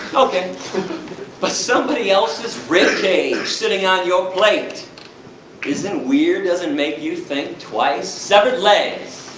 okay but somebody else's ribcage sitting on your plate isn't weird? doesn't make you think twice? severed legs,